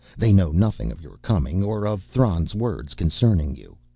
they know nothing of your coming or of thran's words concerning you.